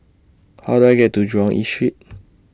How Do I get to Jurong East Street